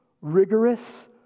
rigorous